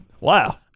Wow